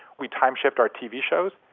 we time-shift our tv shows.